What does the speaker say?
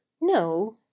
No